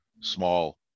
small